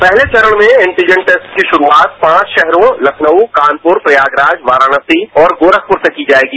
पहले चरण में एनटीजेन्ट टेस्ट की शुरूआत पांच शहरों लखनऊ कान्पूर प्रयागराज वाराणसी और गोरखपुर से की जाएगी